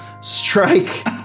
strike